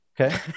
Okay